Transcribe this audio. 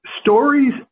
stories